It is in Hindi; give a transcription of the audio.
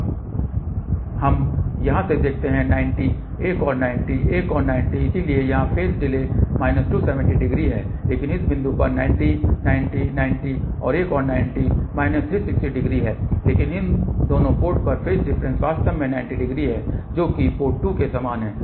तो हम यहाँ से देखते हैं 90 एक और 90 एक और 90 इसलिए यहां फेज डिले माइनस 270 डिग्री है लेकिन इस बिंदु पर 90 90 90 एक और 90 माइनस 360 डिग्री है लेकिन इन दोनों पोर्ट पर फेज डिफरेंस वास्तव में 90 डिग्री है जो कि पोर्ट 2 के समान है